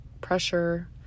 pressure